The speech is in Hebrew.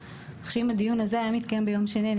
כך שאם הדיון הזה היה מתקיים ביום שני אני